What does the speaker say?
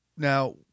Now